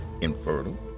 infertile